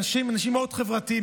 הם אנשים מאוד חברתיים,